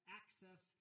access